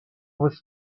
was